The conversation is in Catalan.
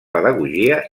pedagogia